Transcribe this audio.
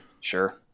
Sure